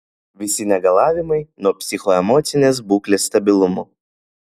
visi negalavimai nuo psichoemocinės būklės stabilumo